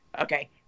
Okay